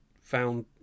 found